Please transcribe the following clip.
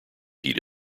heat